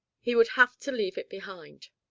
he would have to leave it behind.